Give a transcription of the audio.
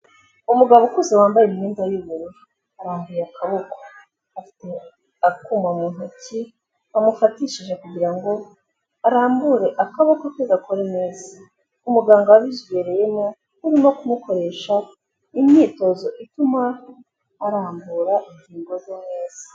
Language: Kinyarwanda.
Umugabo ukuze wambaye imyenda y'ubururu arambuye akaboko, afite akuma mu ntoki bamufatishije kugira ngo arambure akaboko afite ko gakora neza. Umuganga wabizobereyemo arimo kumukoresha imyitozo ituma arambura ingingo ze zose.